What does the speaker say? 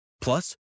Plus